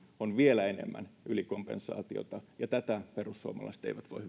on vielä enemmän ylikompensaatiota ja tätä perussuomalaiset eivät voi